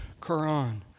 Quran